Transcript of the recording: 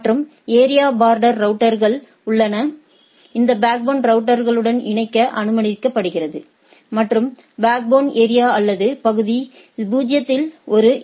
மற்றும் area border ரௌட்டர்கள் உள்ளன இது இந்த பேக்போன் ரௌட்டர்களுடன் இணைக்க அனுமதிக்கிறது மற்றும் பேக்போன் ஏரியா அல்லது பகுதி 0 வில் ஒரு எ